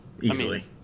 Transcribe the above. Easily